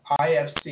IFC